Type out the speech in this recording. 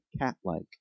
cat-like